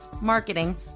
marketing